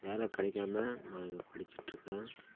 வேலை கிடைக்காம நான் இங்கே படிச்சிகிட்ருக்கேன்